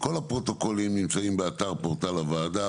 כל הפרוטוקולים נמצאים באתר פורטל הוועדה.